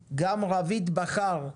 אבל כפי שנאמר בידי מספר חברי הכנסת והאוצר,